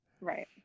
Right